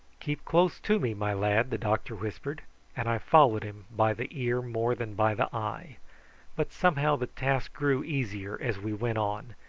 keep close to me, my lad, the doctor whispered and i followed him by the ear more than by the eye but somehow the task grew easier as we went on,